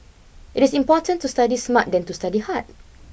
it is more important to study smart than to study hard